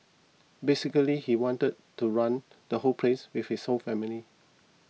basically he wanted to run the whole place with his own family